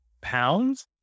pounds